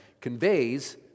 conveys